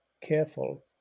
careful